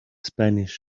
spanish